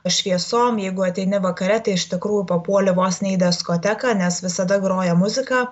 šviesom jeigu ateini vakare tai iš tikrųjų papuoli vos ne į deskoteką nes visada groja muzika